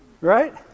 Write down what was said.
right